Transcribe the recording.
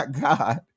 God